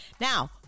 Now